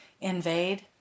invade